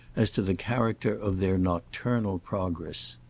as to the character of their nocturnal progress.